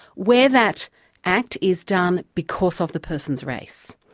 where that act is done because of the person's race.